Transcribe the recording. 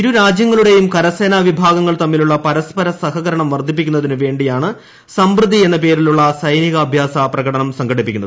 ഇരു രാജ്യങ്ങളുടെയും കരസേനാ വിഭാഗങ്ങൾ തമ്മിലുള്ള പരസ്പര സഹകരണം വർദ്ധിപ്പിക്കുന്നതിനുവേണ്ടിയാണ് സംപൃതി എന്ന പേരിലുള്ള സൈനികാഭ്യാസ പ്രകടനം സംഘടിപ്പിക്കുന്നത്